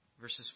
verses